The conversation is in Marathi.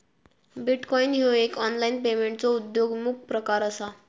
बिटकॉईन ह्यो एक ऑनलाईन पेमेंटचो उद्योन्मुख प्रकार असा